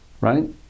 right